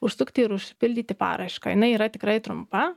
užsukti ir užsipildyti paraišką jinai yra tikrai trumpa